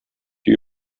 die